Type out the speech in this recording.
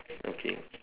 okay